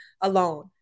alone